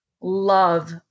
love